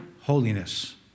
holiness